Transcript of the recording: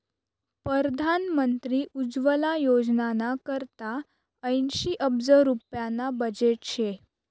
परधान मंत्री उज्वला योजनाना करता ऐंशी अब्ज रुप्याना बजेट शे